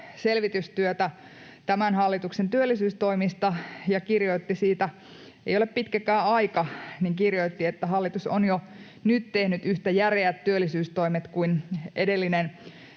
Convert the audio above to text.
selvitystyötä tämän hallituksen työllisyystoimista ja kirjoitti siitä — ei ole pitkäkään aika, kun kirjoitti — että hallitus on jo nyt tehnyt yhtä järeät työllisyystoimet kuin edellinen